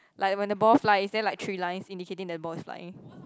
like when the ball flies there like three lines indicating the ball is flying